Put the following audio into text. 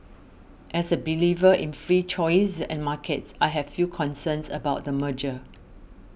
as a believer in free choice and markets I have few concerns about the merger